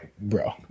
bro